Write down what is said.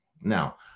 Now